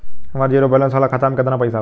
हमार zero balance वाला खाता में केतना पईसा बा?